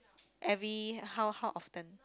every how how often